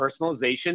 personalization